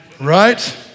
right